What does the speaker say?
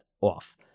off